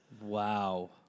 Wow